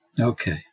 Okay